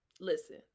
Listen